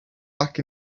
back